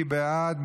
מי בעד?